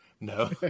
No